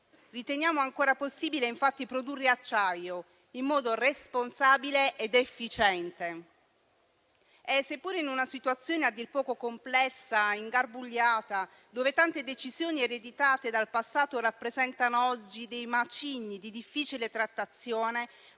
Riteniamo ancora possibile, infatti, produrre acciaio in modo responsabile ed efficiente, seppure in una situazione a dir poco complessa e ingarbugliata, in cui tante decisioni ereditate dal passato rappresentano oggi dei macigni di difficile trattazione,